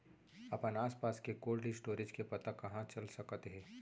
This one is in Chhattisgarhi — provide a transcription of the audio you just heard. अपन आसपास के कोल्ड स्टोरेज के पता कहाँ चल सकत हे?